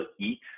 eat